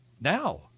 now